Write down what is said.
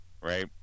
right